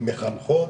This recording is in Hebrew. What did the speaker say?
מחנכות,